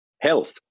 health